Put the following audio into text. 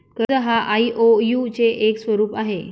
कर्ज हा आई.ओ.यु चे एक स्वरूप आहे